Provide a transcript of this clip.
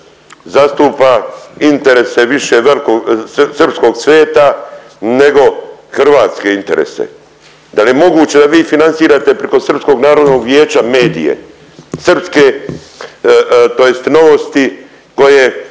zastupa interese više velkog srpskog sveta nego hrvatske interese? Da li je moguće da vi financirate priko Srpskog narodnog vijeća medije? Srpske tj. Novosti koje